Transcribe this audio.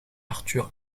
arthur